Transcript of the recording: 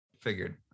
Figured